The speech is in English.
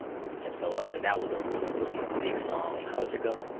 and so ah that was a really, really big song how does it go?